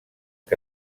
que